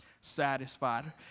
satisfied